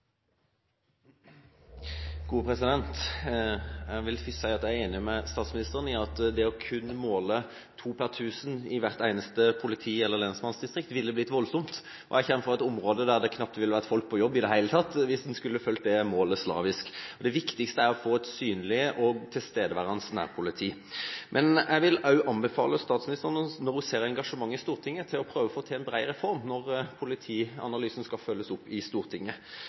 Jeg vil først si at jeg er enig med statsministeren i at det å måle to politier per tusen innbyggere i hvert eneste politi- eller lensmannsdistrikt ville blitt voldsomt. Jeg kommer fra et område der det knapt ville vært folk på jobb i det hele tatt hvis en skulle fulgt det målet slavisk. Det viktigste er å få et synlig og tilstedeværende nærpoliti. Men jeg vil også anbefale statsministeren – når hun ser engasjementet i Stortinget – å prøve å få til en bred reform når politianalysen skal følges opp i Stortinget.